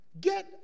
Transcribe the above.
get